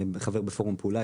חבר בפורום פעולה,